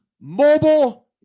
mobile